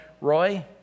Roy